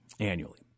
Annually